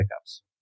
pickups